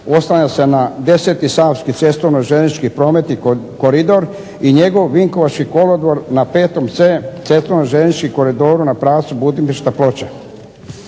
oslanja se na deseti savski cestovno-željeznički promet i koridor i njegov vinkovački kolodvor na 5c cestovno-željezničkom koridoru na pravcu Budimpešta-Ploče.